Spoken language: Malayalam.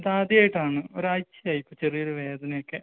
ഇതാദ്യമായിട്ടാണ് ഒരാഴ്ചയായി ഇപ്പോള് ചെറിയൊരു വേദനയൊക്കെ